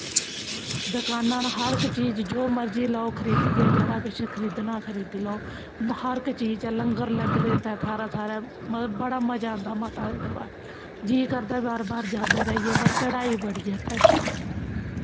दकाना न हर इक चीज़ जो मर्जी लैओ खऱीदियै जेह्ड़ा किश खऱीदना खरीदी लैओ हर इक चीज़ ऐ लंगर लग्गे दे उत्थैं थाह्रें थाह्रें मतलब बड़ा मज़ा आंदा माता दे दरबार जी करदा बार बार जांदा रेहियै पर चढ़ाई बड़ी ऐ उत्थैं